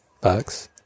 bucks